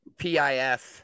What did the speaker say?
PIF